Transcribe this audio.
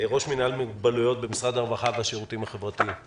ראש מינהל מוגבלויות במשרד הרווחה והשירותים החברתיים.